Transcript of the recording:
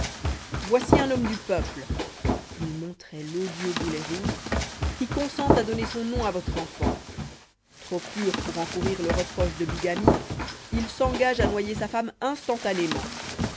voici un homme du peuple il montrait l'odieux boulet rouge qui consent à donner son nom à votre enfant trop pur pour encourir le reproche de bigamie il s'engage à noyer sa femme instantanément